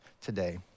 today